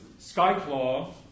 Skyclaw